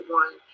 one